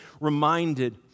reminded